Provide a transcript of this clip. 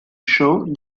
show